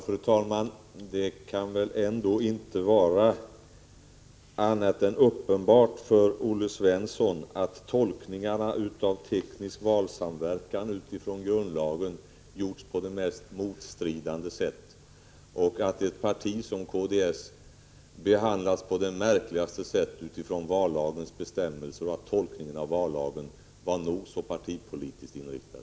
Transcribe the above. Fru talman! Det kan väl ändå inte vara annat än uppenbart för Olle Svensson att tolkningarna av begreppet teknisk valsamverkan med utgångspunkt i grundlagen gjorts på de mest motstridande sätt och att ett parti som kds behandlats mycket märkligt utifrån vallagens bestämmelser. Tolkningen av vallagen var nog så partipolitiskt inriktad.